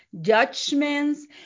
judgments